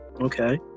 Okay